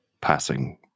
passing